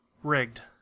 Rigged